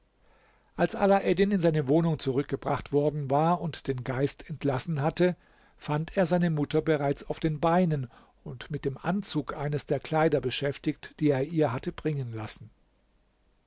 als alaeddin in seine wohnung zurückgebracht worden war und den geist entlassen hatte fand er seine mutter bereits auf den beinen und mit dem anzug eines der kleider beschäftigt die er ihr hatte bringen lassen